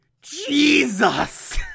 Jesus